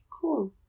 Cool